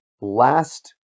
Last